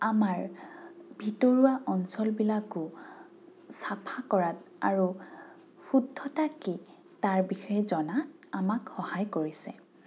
আমাৰ ভিতৰুৱা অঞ্চলবিলাকো চাফা কৰাত আৰু শুদ্ধতা কি তাৰ বিষয়ে জনাত আমাক সহায় কৰিছে